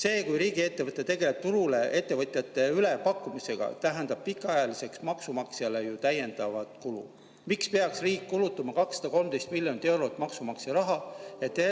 See, kui riigiettevõte tegeleb turul ettevõtjate ülepakkumisega, tähendab pikaajaliselt maksumaksjale ju täiendavat kulu. Miks peaks riik kulutama 213 miljonit eurot maksumaksja raha, et